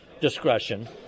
discretion